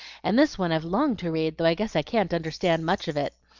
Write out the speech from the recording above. and this one i've longed to read, though i guess i can't understand much of it.